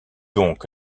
donc